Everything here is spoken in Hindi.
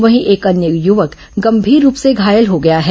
वहीं एक अन्य युवक गंभीर रूप से घायल हो गया है